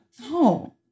No